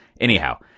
anyhow